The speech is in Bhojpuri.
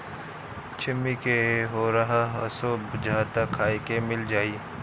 छिम्मी के होरहा असो बुझाता खाए के मिल जाई